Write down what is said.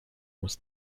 was